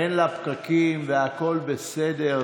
אין לה פקקים והכול בסדר,